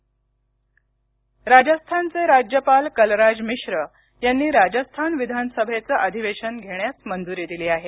राजस्थान राजस्थानचे राज्यपाल कलराज मिश्र यांनी राजस्थान विधानसभेचं अधिवेशन घेण्यास मंजुरी दिली आहे